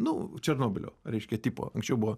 nu černobylio reiškia tipo anksčiau buvo